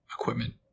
equipment